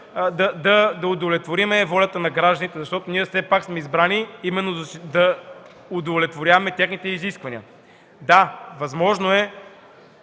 да удовлетворим волята на гражданите, защото все пак сме избрани, именно за да удовлетворяваме техните изисквания. Да, възможно е